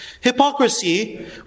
hypocrisy